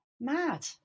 mad